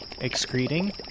excreting